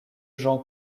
jean